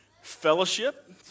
Fellowship